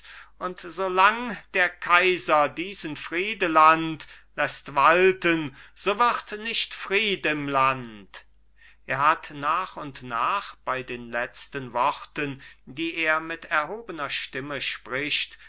und so lang der kaiser diesen friedeland läßt walten so wird nicht fried im land er hat nach und nach bei den letzten worten die er mit erhobener stimme spricht